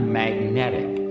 magnetic